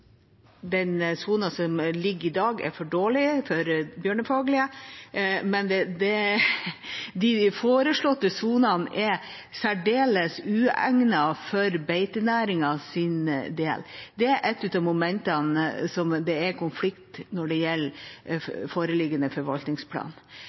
ligger i dag, er for dårlig for det bjørnefaglige. Men de foreslåtte sonene er særdeles uegnet for beitenæringens del. Det er et av momentene som det er konflikt om når det gjelder